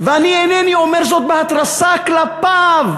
ואני אינני אומר זאת בהתרסה כלפיו,